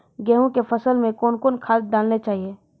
गेहूँ के फसल मे कौन कौन खाद डालने चाहिए?